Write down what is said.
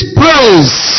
praise